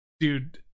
Dude